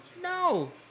no